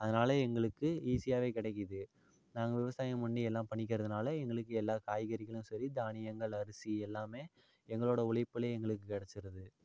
அதனால எங்களுக்கு ஈசியாகவே கிடைக்குது நாங்கள் விவசாயம் பண்ணி எல்லாம் பண்ணிக்கிறதுனால எங்களுக்கு எல்லா காய்கறிகளும் சரி தானியங்கள் அரிசி எல்லாமே எங்களோட உழைப்புல எங்களுக்கு கிடைச்சிருது